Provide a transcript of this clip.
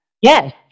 Yes